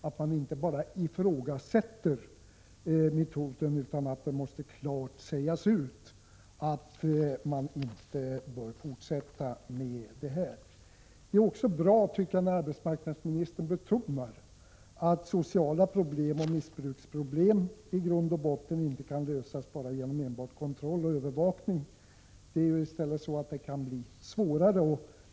Det räcker inte att bara ifrågasätta metoden, utan det måste klart sägas ut att man inte bör fortsätta med den. Vidare tycker jag att det är bra att arbetsmarknadsministern betonar att sociala problem och missbruksproblem i grund och botten inte kan lösas enbart genom kontroll och övervakning. I stället är det ju så att problemen därigenom kan bli svårare.